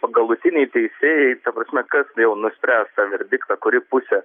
o galutiniai teisėjai ta prasme kas jau nuspręs tą verdiktą kuri pusė